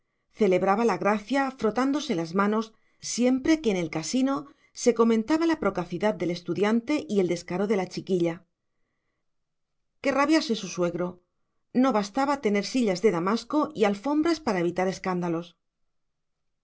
celebraba la gracia frotándose las manos siempre que en el casino se comentaba la procacidad del estudiante y el descaro de la chiquilla que rabiase su suegro no bastaba tener sillas de damasco y alfombras para evitar escándalos